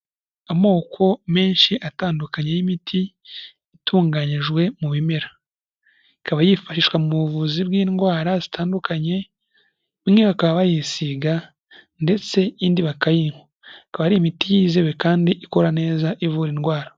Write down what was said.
Amoko menshi atandukanye y'imiti, itunganyijwe mu bimera. Ikaba yifashishwa mu buvuzi bw'indwara zitandukanye, imwe bakaba bayisiga ndetse indi bakayinywa. Ikaba ari imiti yizewe kandi ikora neza ivura indwara